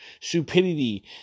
stupidity